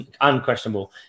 Unquestionable